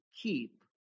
keep